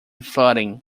flooding